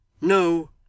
No